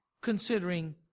considering